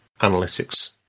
analytics